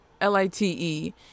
L-I-T-E